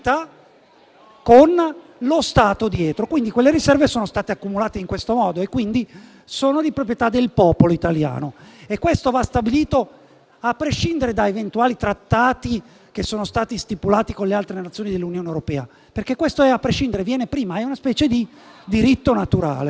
con lo Stato dietro. Quelle riserve sono state accumulate in questo modo e quindi sono di proprietà del popolo italiano. Questo va stabilito a prescindere da eventuali trattati che sono stati stipulati con le altre Nazioni dell'Unione europea, perché questo è a prescindere: viene prima ed è una specie di diritto naturale.